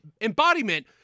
embodiment